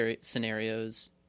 scenarios